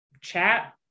chat